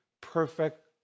perfect